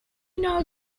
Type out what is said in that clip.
know